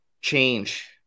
Change